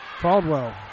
Caldwell